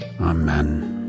Amen